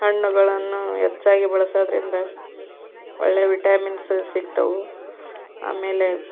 ಹಣ್ಣುಗಳನ್ನು ಹೆಚ್ಚಾಗಿ ಬಳಸೋದರಿಂದ ಒಳ್ಳೆಯ ವಿಟಮಿನ್ಸ ಸಿಗ್ತವೆ ಆಮೇಲೆ